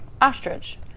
ostrich